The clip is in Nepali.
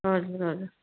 हजुर हजुर